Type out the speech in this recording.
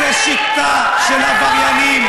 זה שיטה של עבריינים,